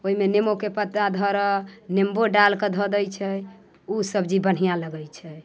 ओहिमे नेबोके पत्ता धरह नेबो डालि कऽ धऽ दै छै ओ सब्जी बढ़िआँ लगै छै